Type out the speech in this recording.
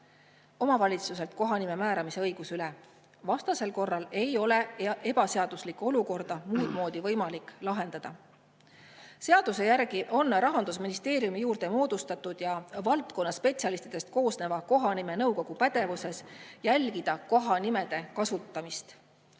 omavalitsuselt kohanime määramise õigus üle. Vastasel korral ei ole ebaseaduslikku olukorda võimalik lahendada. Seaduse järgi on Rahandusministeeriumi juurde moodustatud valdkonna spetsialistidest koosneva kohanimenõukogu pädevuses jälgida kohanimede kasutamist.